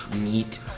meat